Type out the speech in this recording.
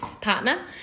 partner